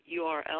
URL